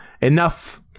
Enough